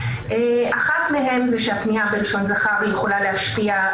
ואחת מהן היא שהפנייה בלשון זכר יכולה להשפיע,